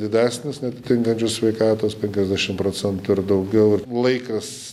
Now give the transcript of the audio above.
didesnis neatitinkančių sveikatos penkiasdešim procentų ir daugiau ir laikas